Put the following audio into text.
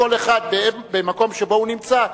כל אחד במקום שבו הוא נמצא,